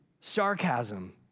Sarcasm